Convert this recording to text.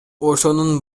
ошонун